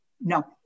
No